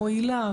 מועילה,